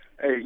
Hey